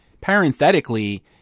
Parenthetically